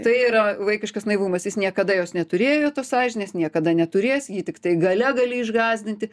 tai yra vaikiškas naivumas jis niekada jos neturėjo tos sąžinės niekada neturės jį tiktai galia gali išgąsdinti